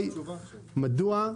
מדוע הם